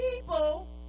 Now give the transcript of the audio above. people